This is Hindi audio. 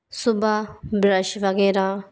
सुबह ब्रश वग़ैरह